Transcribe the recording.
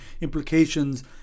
implications